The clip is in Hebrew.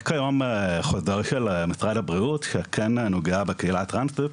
יש כיום חוזר של משרד הבריאות שכן נוגע בקהילה הטרנסית,